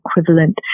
equivalent